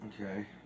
Okay